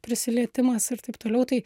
prisilietimas ir taip toliau tai